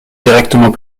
directement